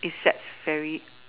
it sets very